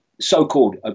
so-called